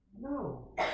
No